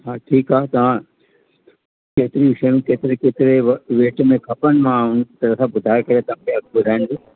हा ठीकु आहे तव्हां केतिरी शयूं केतिरे केतिरे व वेट में खपेनि मां हुन तरह सां ॿुधाए करे तव्हांखे अघु ॿुधाईंदसि